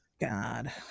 god